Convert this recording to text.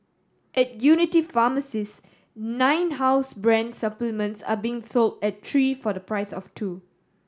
at Unity pharmacies nine house brand supplements are being sold at three for the price of two